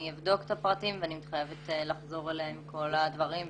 אני אבדוק את הפרטים ואני מתחייבת לחזור אליה עם כל הדברים.